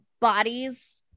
bodies